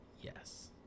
Yes